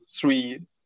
three